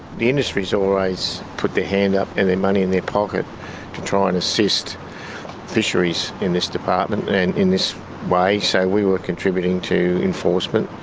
the industry has always put their hand up and their money in their pocket to try and assist fisheries in this department and in this way, so we were contributing to enforcement.